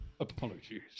Apologies